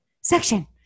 section